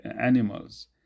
animals